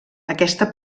aquesta